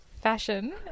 fashion